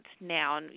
now